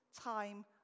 time